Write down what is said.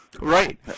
Right